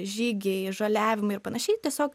žygiai žoliavimai ir panašiai tiesiog